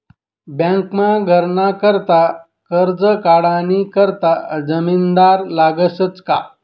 बँकमा घरनं करता करजं काढानी करता जामिनदार लागसच का